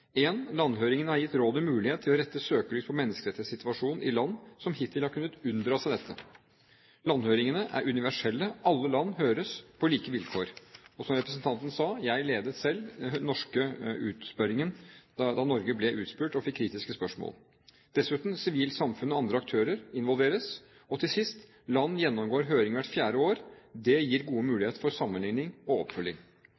Landhøringene har gitt rådet mulighet til å sette søkelys på menneskerettighetssituasjonen i land som hittil har kunnet unndra seg dette. Landhøringene er universelle. Alle land høres på like vilkår, og, som representanten sa, jeg ledet selv den norske utspørringen da Norge ble utspurt og fikk kritiske spørsmål. Dessuten: Sivilt samfunn og andre aktører involveres. Og til sist: Land gjennomgår høring hvert fjerde år. Det gir gode